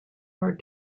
are